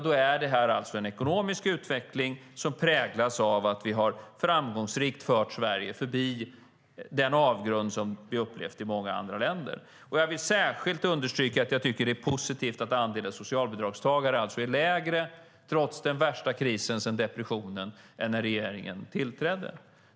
Det här är alltså en ekonomisk utveckling som präglas av att vi framgångsrikt har fört Sverige förbi den avgrund som upplevts i många andra länder. Jag vill särskilt understryka att jag tycker att det är positivt att andelen socialbidragstagare är lägre, trots den värsta krisen sedan depressionen, än när den här regeringen tillträdde.